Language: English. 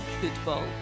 football